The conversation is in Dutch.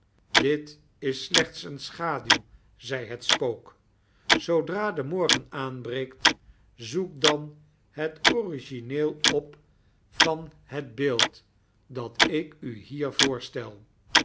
dit is slechts een schaduw zei het spook zoodra de morgein aanbreekt zoek dan het origineel op van het beeld dat ik u hier voorstel